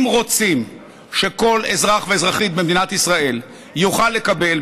אם רוצים שכל אזרח ואזרחית במדינת ישראל יוכל לקבל,